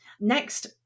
next